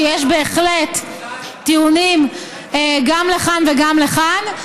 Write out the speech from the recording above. כי יש בהחלט טיעונים גם לכאן וגם לכאן.